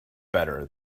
better